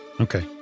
Okay